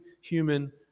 human